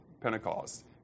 Pentecost